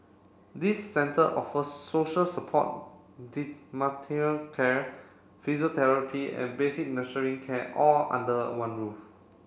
these centre offer social support care physiotherapy and basic care all under one roof